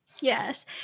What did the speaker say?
Yes